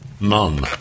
None